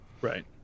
Right